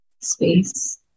space